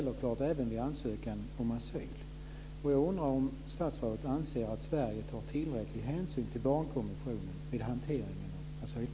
Detta gäller så klart även vid ansökan om asyl.